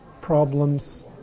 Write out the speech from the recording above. problems